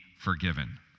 forgiven